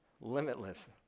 limitless